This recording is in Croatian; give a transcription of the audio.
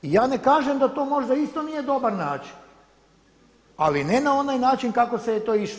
I ja ne kažem da to možda isto nije dobar način ali ne na onaj način kako se je to išlo.